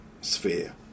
sphere